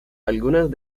algunas